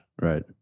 Right